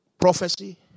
prophecy